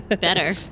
Better